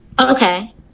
Okay